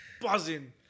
buzzing